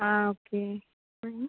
आं ओके मागीर